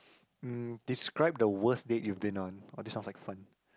um describe the worst date you've been on oh this sounds like fun